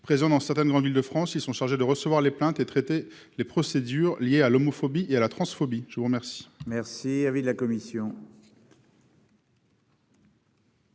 Présents dans certaines grandes villes de France, ils sont chargés de recevoir les plaintes et de traiter les procédures liées à l'homophobie et à la transphobie. Quel est l'avis de la commission